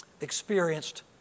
experienced